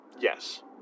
Yes